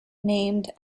named